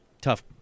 tough